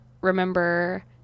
remember